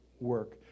work